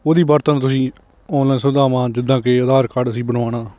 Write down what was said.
ਉਹਦੀ ਵਰਤੋਂ ਨਾਲ ਤੁਸੀਂ ਔਨਲਾਈਨ ਸੁਵਿਧਾਵਾਂ ਜਿੱਦਾਂ ਕਿ ਆਧਾਰ ਕਾਰਡ ਅਸੀਂ ਬਣਾਉਣਾ